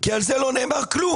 כי על זה לא נאמר כלום.